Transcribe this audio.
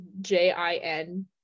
J-I-N